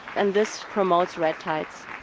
and this promotes red tides.